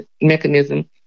mechanism